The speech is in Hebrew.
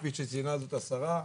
כפי שציינה זאת השרה,